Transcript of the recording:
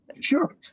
Sure